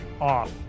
off